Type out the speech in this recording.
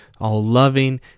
all-loving